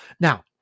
Now